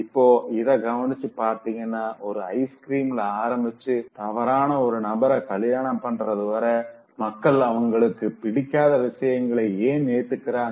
இப்போ இத கவனிச்சு பார்த்தீங்கன்னா ஒரு ஐஸ்கிரீம்ல ஆரம்பிச்சு தவறான ஒரு நபர கல்யாணம் பண்றது வர மக்கள் அவங்களுக்கு பிடிக்காத விஷயத்தை ஏன் ஏத்துக்கிக்றாங்க